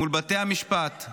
מול בתי המשפט,